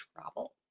Travel